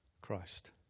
Christ